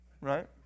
right